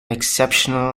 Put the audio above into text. exceptional